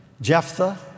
Jephthah